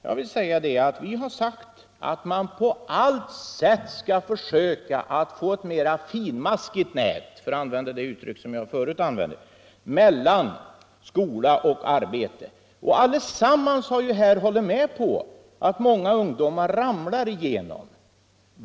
Då vill jag svara att vi har sagt att man på allt sätt skall försöka få ett mera finmaskigt nät — för att använda samma uttryck som jag använde tidigare — mellan skola och arbete. Alla har ju också hållit med om att många ungdomar faller igenom.